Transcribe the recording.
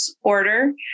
order